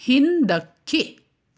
ಹಿಂದಕ್ಕೆ